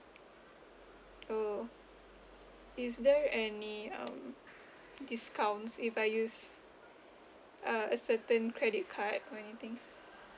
oh is there any um discount if I use ah a certain credit card or anything